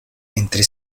entre